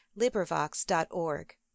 LibriVox.org